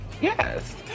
Yes